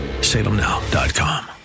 salemnow.com